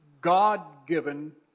God-given